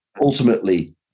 ultimately